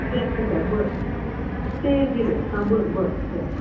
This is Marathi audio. इलेक्ट्रिक आहे बरं सी एन जी नाही हां बरं बरं बरं